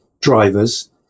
drivers